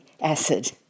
acid